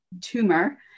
tumor